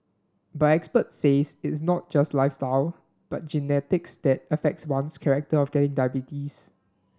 but experts says it is not just lifestyle but genetics that affects one's character of getting diabetes